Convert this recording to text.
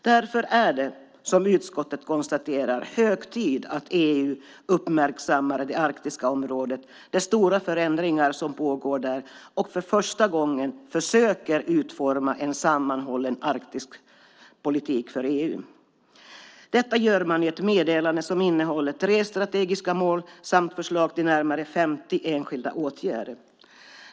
Därför är det, som utskottet konstaterar, hög tid att EU uppmärksammar det arktiska området och de stora förändringar som pågår där och för första gången försöker utforma en sammanhållen Arktispolitik för EU. Detta gör man i ett meddelande som innehåller tre strategiska mål samt förslag till närmare 50 enskilda åtgärder.